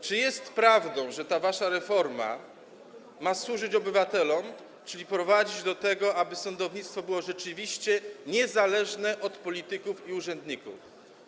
Czy jest prawdą, że wasza reforma ma służyć obywatelom, czyli prowadzić do tego, aby sądownictwo było rzeczywiście niezależne od polityków i urzędników?